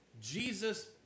Jesus